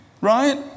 right